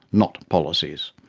not policies.